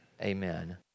Amen